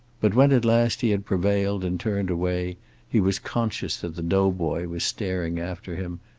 but when at last he had prevailed and turned away he was conscious that the doughboy was staring after him,